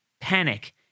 panic